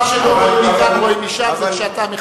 מה שלא רואים מכאן רואים משם כשאתה,